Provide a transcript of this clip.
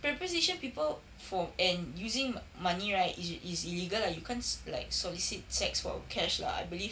preposition people for and using mo~ money right is is illegal lah you can't se~ like solicit sex for cash lah I believe